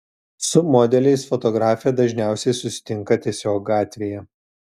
su modeliais fotografė dažniausiai susitinka tiesiog gatvėje